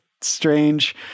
strange